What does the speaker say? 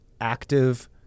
active